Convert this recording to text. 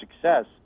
success